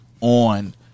on